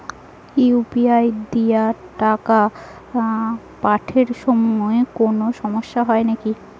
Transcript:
UPI দিয়া টাকা পাঠের সময় কোনো সমস্যা হয় নাকি?